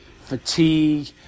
fatigue